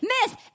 Miss